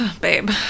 babe